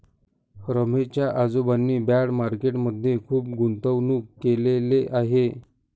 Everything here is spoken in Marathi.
रमेश च्या आजोबांनी बाँड मार्केट मध्ये खुप गुंतवणूक केलेले आहे